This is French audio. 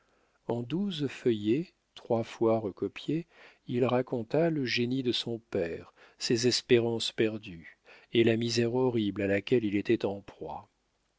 en douze feuillets trois fois recopiés il raconta le génie de son père ses espérances perdues et la misère horrible à laquelle il était en proie